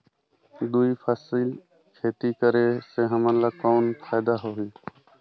दुई फसली खेती करे से हमन ला कौन फायदा होही?